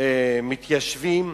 מתיישבים